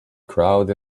crowd